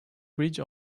bridge